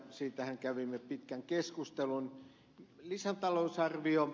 siitähän kävimme pitkän keskustelun